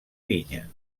vinya